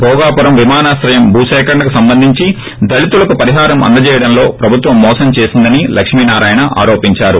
భోగాపురం విమానాశ్రయం భూసేకరణకు సంబంధించీ దళితులకు పరిహారం అందజేయడంలో ప్రభుత్వం మోసం చేసిందని లక్ష్మీనారాయణ ఆరోపించారు